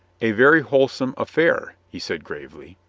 a very wholesome affair, he said gravely.